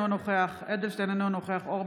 אינו נוכח יולי